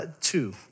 two